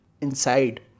inside